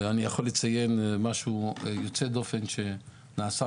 אני יכול לציין משהו יוצא דופן שנעשה